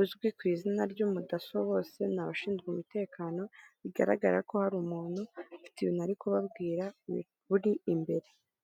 uzwi ku izina ry'umudaso bose ni abashinzwe umutekano, bigaragara ko hari umuntu ufite ibintu ari kubabwira uri imbere.